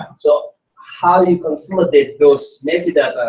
um so how you consolidate those messy data?